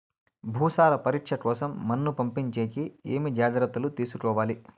భూసార పరీక్ష కోసం మన్ను పంపించేకి ఏమి జాగ్రత్తలు తీసుకోవాలి?